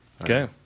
Okay